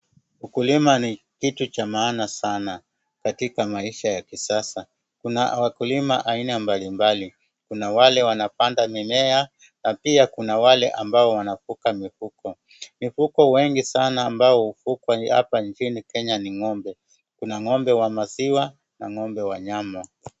Ukulima ni kitu cha maana sana katika maisha ya kisasa kunna wakulima aina mbalimbali kuna wale wanapanda mimea na pia kuna wale wanafunga mifugo. Mifugo wengi ambao hufugwa hapa nchini kenya ni ng'ombe, kuna ng'ombe wa maziwa na ng'ombe wa nyama.